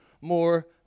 more